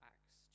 Acts